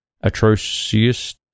Atrocious